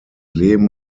leben